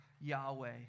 Yahweh